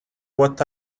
what